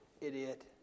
idiot